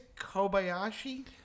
Kobayashi